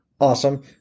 Awesome